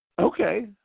Okay